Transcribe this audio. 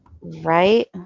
Right